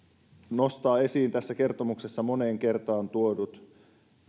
nostaa esiin tässä kertomuksessa jo moneen kertaan